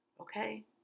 okay